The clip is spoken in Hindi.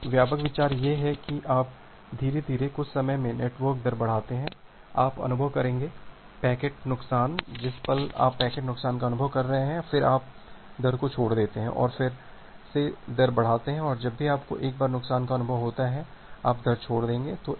तो व्यापक विचार यह है कि आप धीरे धीरे कुछ समय में नेटवर्क दर बढ़ाते हैं आप अनुभव करेंगे पैकेट नुकसान जिस पल आप पैकेट नुकसान का अनुभव कर रहे हैं फिर आप दर को छोड़ देते हैं और फिर से दर बढ़ाते हैं और जब भी आपको एक बार नुकसान का अनुभव होता है आप दर छोड़ देंगे